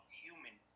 human